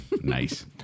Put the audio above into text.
Nice